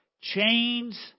Chains